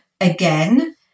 again